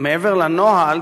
מעבר לנוהל,